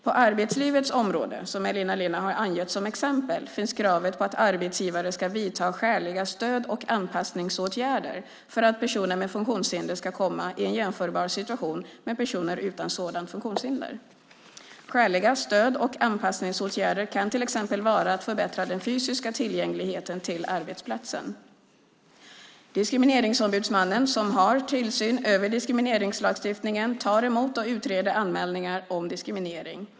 På arbetslivets område, som Elina Linna har angett som exempel, finns kravet på att arbetsgivare ska vidta skäliga stöd och anpassningsåtgärder för att personer med funktionshinder ska komma i en jämförbar situation med personer utan sådant funktionshinder. Skäliga stöd och anpassningsåtgärder kan till exempel vara att förbättra den fysiska tillgängligheten till arbetsplatsen. Diskrimineringsombudsmannen, som har tillsyn över diskrimineringslagstiftningen, tar emot och utreder anmälningar om diskriminering.